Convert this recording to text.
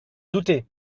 douter